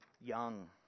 young